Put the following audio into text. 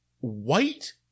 white